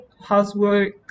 housework